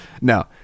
No